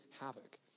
havoc